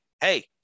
hey